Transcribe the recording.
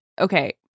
okay